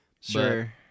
sure